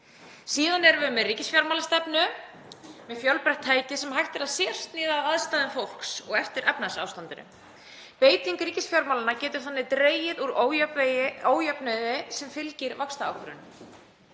Síðan erum við með ríkisfjármálastefnu með fjölbreytt tæki sem hægt er að sérsníða að aðstæðum fólks og eftir efnahagsástandinu. Beiting ríkisfjármálanna getur þannig dregið úr ójöfnuði sem fylgir vaxtaákvörðunum.